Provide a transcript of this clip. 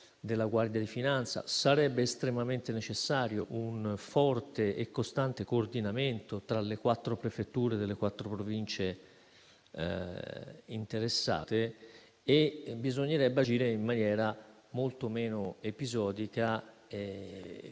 e Guardia di finanza). Sarebbe estremamente necessario un forte e costante coordinamento tra le prefetture delle quattro Province interessate e bisognerebbe agire in maniera molto meno episodica